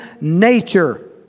nature